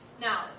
Now